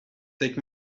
take